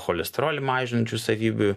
cholesterolį mažinančių savybių